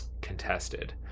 contested